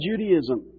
Judaism